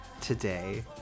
today